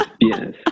Yes